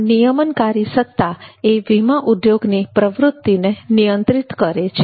આ નિયમનકારી સત્તા એ વીમા ઉદ્યોગની પ્રવૃત્તિને નિયંત્રિત કરે છે